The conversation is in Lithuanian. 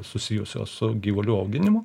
susijusios su gyvulių auginimu